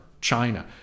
China